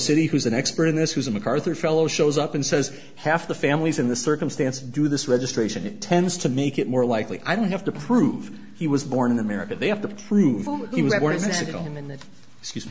city who's an expert in this who's a macarthur fellow shows up and says half the families in this circumstance do this registration it tends to make it more likely i don't have to prove he was born in america they have to prove